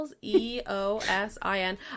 e-o-s-i-n